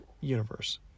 universe